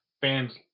fans